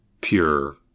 pure